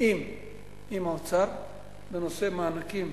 עם האוצר בנושא המענקים.